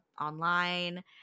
online